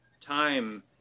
time